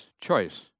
choice